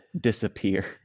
disappear